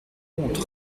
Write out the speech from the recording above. honte